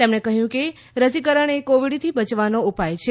તેમણે કહ્યું કે રસીકરણ એ કોવીડથી બચવાનો ઉપાય છે